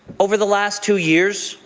over the last two years,